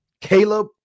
Caleb